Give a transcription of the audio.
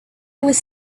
was